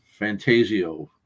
Fantasio